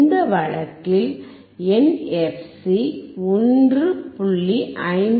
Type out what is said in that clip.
இந்த வழக்கில் என் fc 1